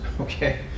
okay